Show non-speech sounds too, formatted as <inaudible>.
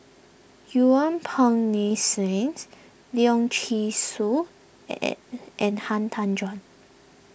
Yuen Peng Neice niece Leong Yee Soo <hesitation> and Han Tan Juan